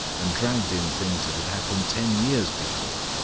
and dragged in things that had happened ten years before.